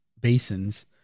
basins